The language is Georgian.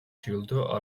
ჯილდო